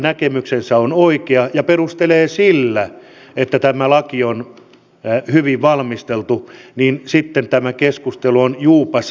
suomi on ollut ja perustelee sillä että tämä laki on erittäin uskollinen ykn apuri näissä asioissa ykn jäsenmaana tietenkin